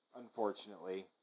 unfortunately